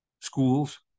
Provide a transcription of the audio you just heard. schools